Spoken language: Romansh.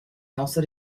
nossa